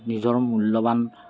নিজৰ মূল্যৱান